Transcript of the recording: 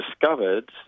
discovered